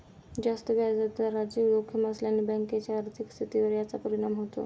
जास्त व्याजदराची जोखीम असल्याने बँकेच्या आर्थिक स्थितीवर याचा परिणाम होतो